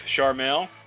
Charmel